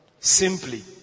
Simply